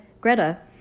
Greta